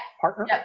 partner